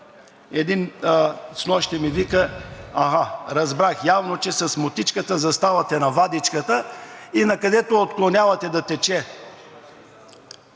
Един снощи ми вика: аха, разбрах, явно, че с мотичката заставате на вадичката и накъдето отклонявате да тече